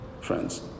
friends